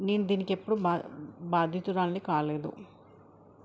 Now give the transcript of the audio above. నేను దీనికిెప్పుడు బా బాధితురాలిని కాలేదు